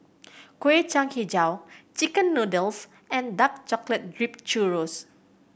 Kueh Kacang Hijau chicken noodles and dark chocolate dripped churro